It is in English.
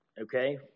okay